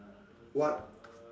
what